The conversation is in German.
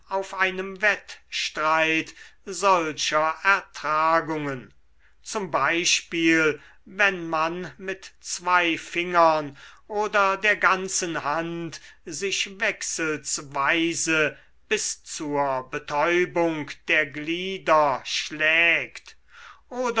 auf einem wettstreit solcher ertragungen zum beispiel wenn man mit zwei fingern oder der ganzen hand sich wechselsweise bis zur betäubung der glieder schlägt